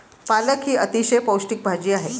पालक ही अतिशय पौष्टिक भाजी आहे